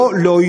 נא לסיים.